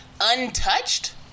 untouched